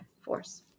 force